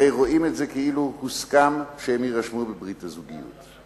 הרי רואים את זה כאילו הוסכם שהם יירשמו בברית הזוגיות.